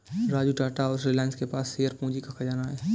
राजू टाटा और रिलायंस के पास शेयर पूंजी का खजाना है